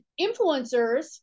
influencers